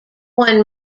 one